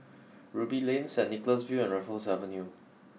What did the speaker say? Ruby Lane Saint Nicholas View and Raffles Avenue